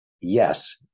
yes